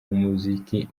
umuziki